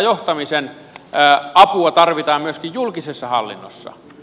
tätä johtamisen apua tarvitaan myöskin julkisessa hallinnossa